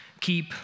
keep